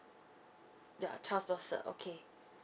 yeah child's birth cert okay